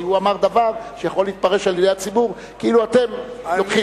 כי הוא אמר דבר שיכול להתפרש על-ידי הציבור כאילו אתם לוקחים